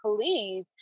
please